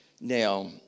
Now